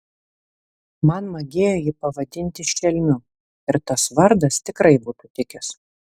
man magėjo jį pavadinti šelmiu ir tas vardas tikrai būtų tikęs